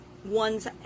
one's